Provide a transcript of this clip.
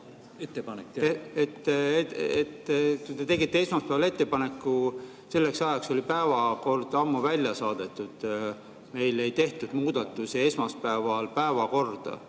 Te tegite esmaspäeval ettepaneku, selleks ajaks oli päevakord ammu välja saadetud. Meil ei tehtud esmaspäeval päevakorda